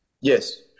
Yes